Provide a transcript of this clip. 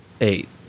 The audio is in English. eight